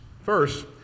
First